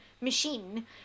machine